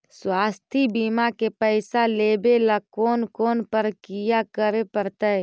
स्वास्थी बिमा के पैसा लेबे ल कोन कोन परकिया करे पड़तै?